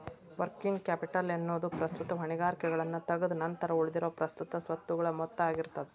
working capital ಎನ್ನೊದು ಪ್ರಸ್ತುತ ಹೊಣೆಗಾರಿಕೆಗಳನ್ನ ತಗದ್ ನಂತರ ಉಳಿದಿರೊ ಪ್ರಸ್ತುತ ಸ್ವತ್ತುಗಳ ಮೊತ್ತ ಆಗಿರ್ತದ